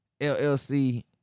LLC